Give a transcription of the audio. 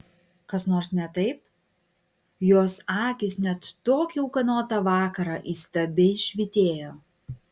kas nors ne taip jos akys net tokį ūkanotą vakarą įstabiai švytėjo